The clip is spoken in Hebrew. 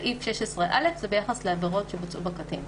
סעיף 16א הוא ביחס לעבירות שבוצעו בקטין.